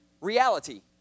reality